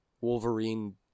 Wolverine